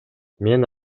мен